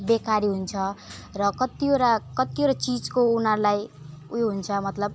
बेकारी हुन्छ र कतिवटा कतिवटा चिजको उनीहरूलाई उयो हुन्छ मतलब